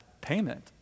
payment